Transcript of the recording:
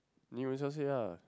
new this one say lah